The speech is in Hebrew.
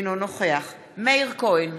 אינו נוכח מאיר כהן,